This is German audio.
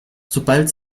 sobald